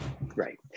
Right